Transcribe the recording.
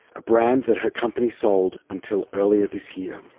a brand that her company sold until earlier this year.